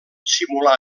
simular